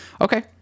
okay